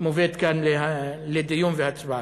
מובאת כאן לדיון והצבעה.